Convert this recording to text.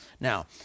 Now